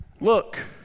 Look